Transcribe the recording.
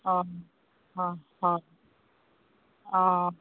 অঁ অঁ অঁ অঁ